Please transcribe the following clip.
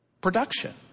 production